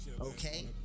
okay